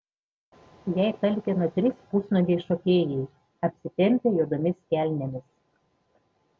jai talkino trys pusnuogiai šokėjai apsitempę juodomis kelnėmis